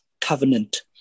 covenant